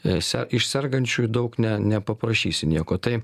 esą iš sergančiųjų daug ne nepaprašysi nieko taip